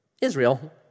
Israel